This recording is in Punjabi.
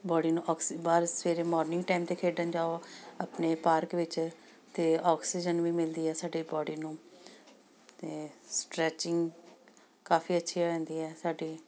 ਬੋਡੀ ਨੂੰ ਔਕਸੀ ਬਾਹਰ ਸਵੇਰੇ ਮਾਰਨਿੰਗ ਟਾਈਮ 'ਤੇ ਖੇਡਣ ਜਾਓ ਆਪਣੇ ਪਾਰਕ ਵਿੱਚ ਤਾਂ ਔਕਸੀਜਨ ਵੀ ਮਿਲਦੀ ਹੈ ਸਾਡੇ ਬੋਡੀ ਨੂੰ ਅਤੇ ਸਟਰੈਚਿੰਗ ਕਾਫ਼ੀ ਅੱਛੀ ਹੋ ਜਾਂਦੀ ਹੈ ਸਾਡੀ